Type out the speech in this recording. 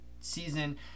season